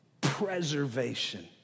preservation